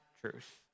truth